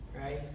Right